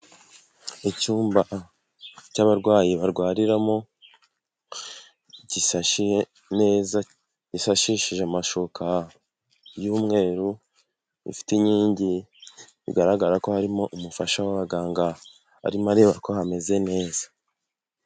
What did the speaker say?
Icyumba cy'abarwayi barwariramo gisashe neza, gisashishije amashuka y'umweru gifite inkingi bigaragara ko harimo umufasha w'abaganga arimo areba ko hameze neza.